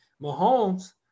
Mahomes